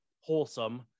wholesome